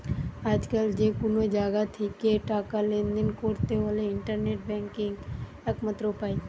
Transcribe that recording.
আজকাল যে কুনো জাগা থিকে টাকা লেনদেন কোরতে হলে ইন্টারনেট ব্যাংকিং একমাত্র উপায়